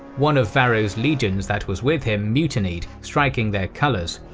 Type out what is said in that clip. one of varro's legions that was with him mutinied, striking their colours.